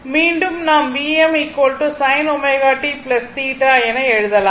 எனவே நாம் Vm sin ω t என எழுதலாம்